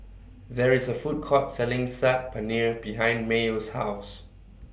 There IS A Food Court Selling Saag Paneer behind Mayo's House